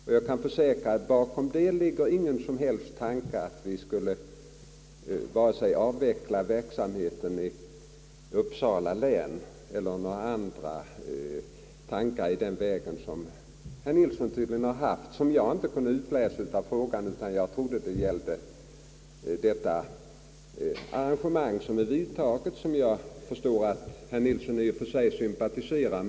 Jag kan också försäkra att bakom den rekommendationen ligger ingen som helst tanke på att vi skulle avveckla verksamheten i Uppsala län eller några andra planer i den vägen, vilket herr Nilsson tydligen befarat — en farhåga som jag dock inte kunde utläsa av hans fråga. Jag trodde frågan gällde det redan vidtagna arrangemanget, som jag förstår att herr Nilsson i och för sig sympatiserar med.